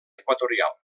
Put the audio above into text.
equatorial